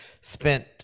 spent